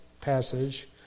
passage